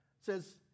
says